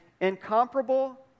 incomparable